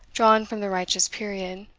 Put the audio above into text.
drawn from the righteous period,